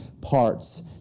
parts